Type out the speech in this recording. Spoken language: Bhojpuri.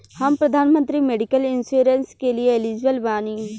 हम प्रधानमंत्री मेडिकल इंश्योरेंस के लिए एलिजिबल बानी?